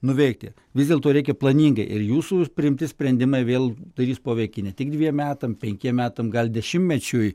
nuveikti vis dėlto reikia planingai ir jūsų priimti sprendimai vėl darys poveikį ne tik dviem metam penkiem metam gal dešimtmečiui